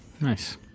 Nice